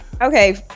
Okay